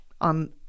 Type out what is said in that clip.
on